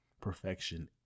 Perfection